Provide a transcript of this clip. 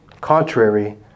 contrary